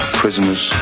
prisoners